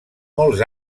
molts